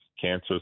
cancer